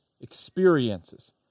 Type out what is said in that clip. experiences